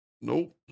Nope